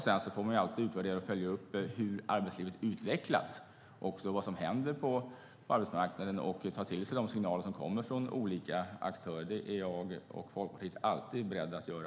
Sedan får man alltid utvärdera och följa upp hur arbetslivet utvecklas, vad som händer på arbetsmarknaden och ta till sig de signaler som kommer från olika aktörer. Det är jag och Folkpartiet alltid beredda att göra.